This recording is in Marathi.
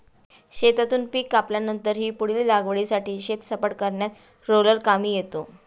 शेतातून पीक कापल्यानंतरही पुढील लागवडीसाठी शेत सपाट करण्यात रोलर कामी येतो